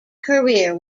career